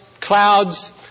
clouds